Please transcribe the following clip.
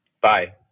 Bye